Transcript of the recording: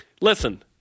Listen